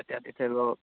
তেতিয়া দি থৈ আহিব